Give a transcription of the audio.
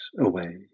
away